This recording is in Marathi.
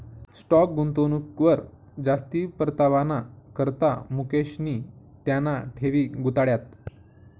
स्टाॅक गुंतवणूकवर जास्ती परतावाना करता मुकेशनी त्याना ठेवी गुताड्यात